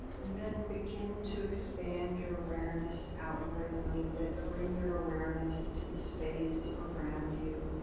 and then begin to expand your awareness outward a little bit. bring your awareness to the space around you,